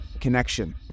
connection